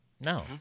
No